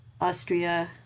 Austria